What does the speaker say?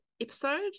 episode